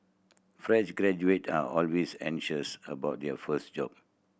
fresh graduates are always anxious about their first job